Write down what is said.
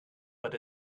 but